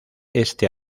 este